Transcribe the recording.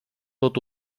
tot